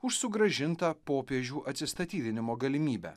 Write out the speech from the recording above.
už sugrąžintą popiežių atsistatydinimo galimybę